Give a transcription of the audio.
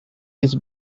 his